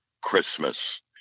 Christmas